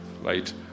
right